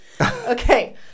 Okay